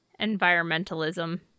environmentalism